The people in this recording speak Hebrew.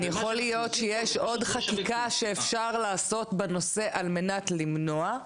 יכול להיות שיש עוד חקיקה שאפשר לעשות בנושא על-מנת למנוע.